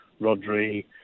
Rodri